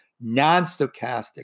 non-stochastic